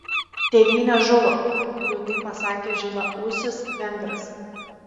tėvynė žuvo liūdnai pasakė žilaūsis vengras